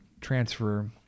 transfer